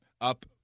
up